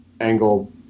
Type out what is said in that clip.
angle